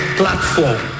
platform